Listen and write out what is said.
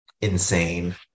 insane